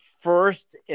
first